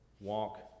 Walk